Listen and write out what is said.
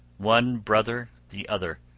one brother the other,